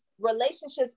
relationships